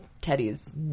Teddy's